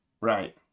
Right